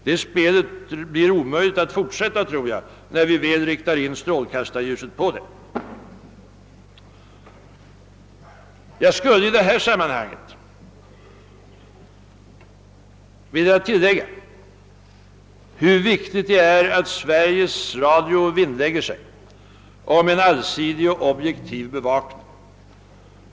Jag tror det blir omöjligt att fortsätta det spelet när vi väl riktat in strålkastarljuset mot det. Jag skulle i detta sammanhang vilja understryka hur viktigt det är att Sveriges Radio vinnlägger sig om en allsidig och objektiv bevakning.